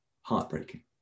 Heartbreaking